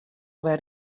wer